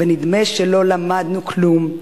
ונדמה שלא למדנו כלום,